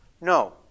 no